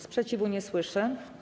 Sprzeciwu nie słyszę.